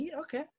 Okay